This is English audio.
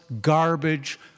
garbage